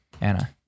Anna